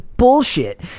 bullshit